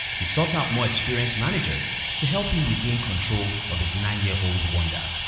he sought out more experienced managers to help him regain control of his nine year old wonder.